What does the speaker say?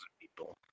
people